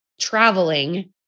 traveling